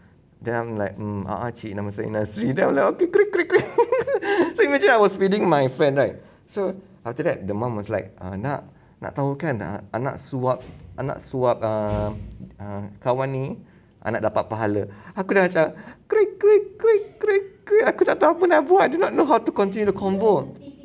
then like mm a'ah cik nama saya nasri dah okay I was feeding my friend right so after that the mum was like nak nak tahu kan anak suap anak suap err err kawan ni anak dapat pahala aku dah macam aku tak tahu apa nak buat do not know how to continue the convo